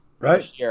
right